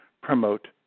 promote